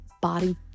body